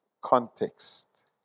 context